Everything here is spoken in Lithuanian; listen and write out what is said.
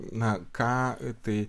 na ką tai